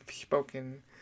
spoken